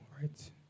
right